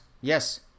yes